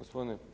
/Upadica: